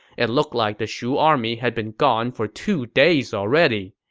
it looked like the shu army had been gone for two days already.